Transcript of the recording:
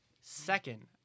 Second